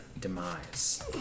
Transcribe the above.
demise